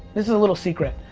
this is a little secret.